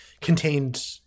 contained